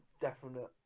definite